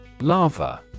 Lava